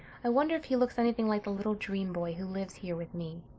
i wonder if he looks anything like the little dream-boy who lives here with me.